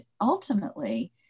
ultimately